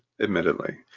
admittedly